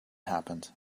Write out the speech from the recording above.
happened